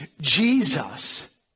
Jesus